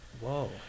Whoa